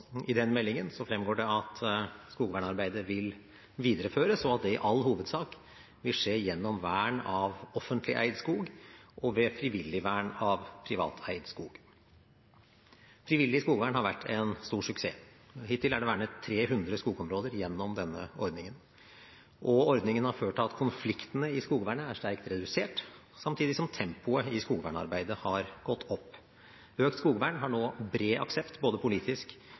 I den meldingen fremgår det at skogvernarbeidet vil videreføres, og at det i all hovedsak vil skje gjennom vern av offentlig eid skog og ved frivillig vern av privateid skog. Frivillig skogvern har vært en stor suksess. Hittil er det vernet 300 skogområder gjennom denne ordningen, og ordningen har ført til at konfliktene i skogvernet er sterkt redusert, samtidig som tempoet i skogvernarbeidet har gått opp. Økt skogvern har nå bred aksept, både politisk